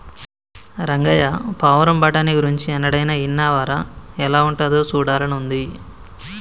రంగయ్య పావురం బఠానీ గురించి ఎన్నడైనా ఇన్నావా రా ఎలా ఉంటాదో సూడాలని ఉంది